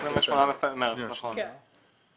באוגוסט באותה שנה, יקראו